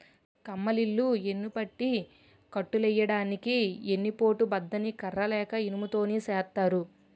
కమ్మలిల్లు యెన్నుపట్టి కట్టులెయ్యడానికి ఎన్ని పోటు బద్ద ని కర్ర లేక ఇనుము తోని సేత్తారు